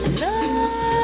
love